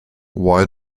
why